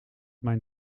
mijn